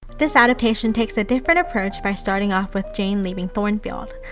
this adaptation takes a different approach by starting off with jane leaving thornfield.